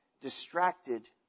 distracted